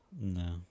No